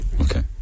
Okay